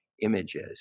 images